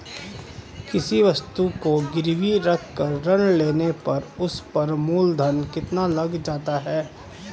किसी वस्तु को गिरवी रख कर ऋण लेने पर उस पर मूलधन कितना लग जाता है?